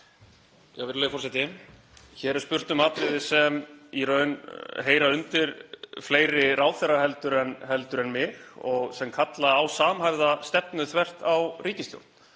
Virðulegi forseti. Hér er spurt um atriði sem í raun heyra undir fleiri ráðherra heldur en mig og sem kalla á samhæfða stefnu þvert á ríkisstjórn.